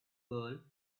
girl